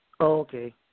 Okay